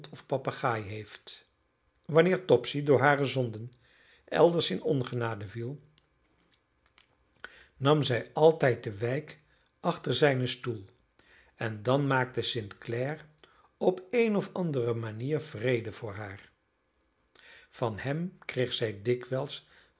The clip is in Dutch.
of papegaai heeft wanneer topsy door hare zonden elders in ongenade viel nam zij altijd de wijk achter zijnen stoel en dan maakte st clare op een of andere manier vrede voor haar van hem kreeg zij dikwijls